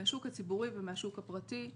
מהשוק הציבורי ומהשוק הפרטי.